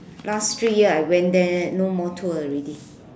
last three year I went there no more tour already